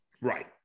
Right